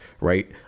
right